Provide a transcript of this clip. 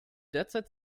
derzeit